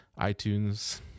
itunes